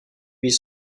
huit